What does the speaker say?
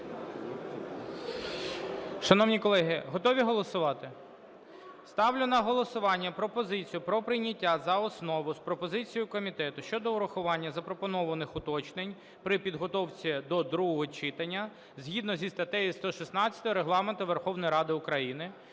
Шановні колеги, готові голосувати? Ставлю на голосування пропозицію про прийняття за основу з пропозицією комітету щодо урахування запропонованих уточнень при підготовці до другого читання згідно зі статтею 116 Регламенту Верховної Ради України